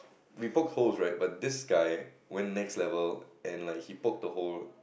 we poked holes right but this guy went next level and like he poked the holes